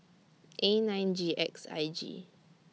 A nine G X I J